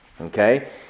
Okay